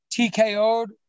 TKO'd